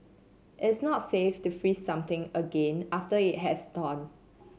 it's not safe to freeze something again after it has thawed